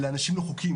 אלה אנשים לא חוקיים,